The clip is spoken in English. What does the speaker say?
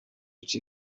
which